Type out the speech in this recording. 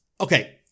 Okay